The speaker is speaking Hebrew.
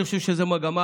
אני חושב שזו מגמה